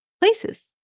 places